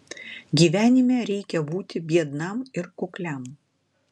gyvenime reikia būti biednam ir kukliam